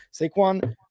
Saquon